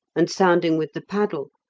and sounding with the paddle,